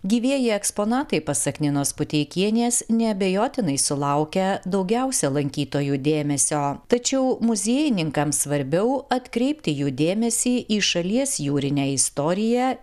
gyvieji eksponatai pasak ninos puteikienės neabejotinai sulaukia daugiausia lankytojų dėmesio tačiau muziejininkams svarbiau atkreipti jų dėmesį į šalies jūrinę istoriją